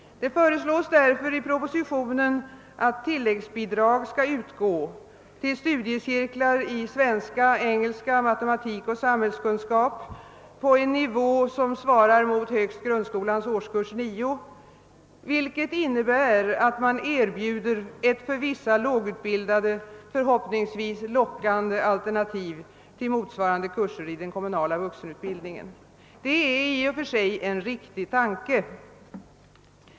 Det föreslås därför i propositionen att tilläggsbidrag skall utgå till studiecirklar i svenska, engelska, matematik och samhällskunskap på en nivå som svarar högst mot grundskolans årskurs 9, vilket innebär att man erbjuder ett för vissa lågutbildade förhoppningsvis lockande alternativ till motsvarande kurser i den kommunala vuxenutbildningen. Det är i och för sig en riktig tanke.